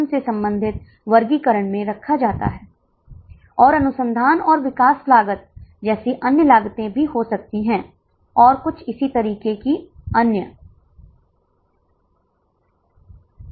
यह नहीं हो सकता क्योंकि पैमाने की अर्थव्यवस्थाएं हमेशा सच नहीं होती हैं आप बस इसकी गणना कर सकते हैं और फिर हम चर्चा करेंगे